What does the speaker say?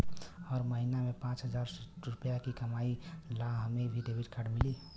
हम महीना में पाँच हजार रुपया ही कमाई ला हमे भी डेबिट कार्ड मिली?